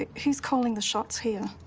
ah who's calling the shots here?